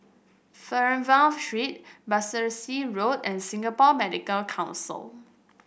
Fernvale Street Battersea Road and Singapore Medical Council